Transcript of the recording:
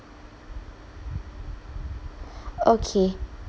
okay